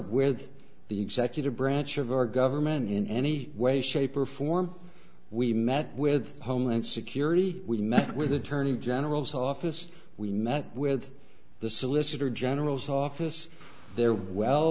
where the executive branch of our government in any way shape or form we met with homeland security we met with attorney general's office we met with the solicitor general's office they're well